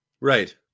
Right